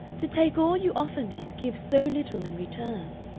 to take all you offer me and give so little in return.